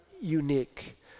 unique